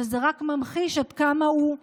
שזה רק ממחיש עד כמה הוא ישן.